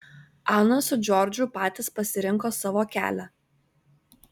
ana su džordžu patys pasirinko savo kelią